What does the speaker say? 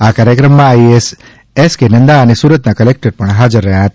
આ કાર્યક્રમમાં IAS S K Nanda અને સુરતના કલેક્ટર પણ હાજર રહ્યા હતા